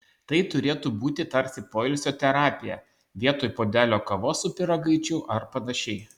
tai turėtų būti tarsi poilsio terapija vietoj puodelio kavos su pyragaičiu ar panašiai